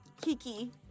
Kiki